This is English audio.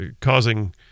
causing